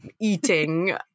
eating